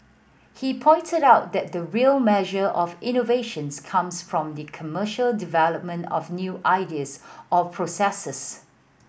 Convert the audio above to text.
he pointed out that the real measure of innovations comes from the commercial development of new ideas or processes